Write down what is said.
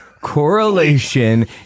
correlation